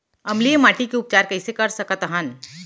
अम्लीय माटी के उपचार कइसे कर सकत हन?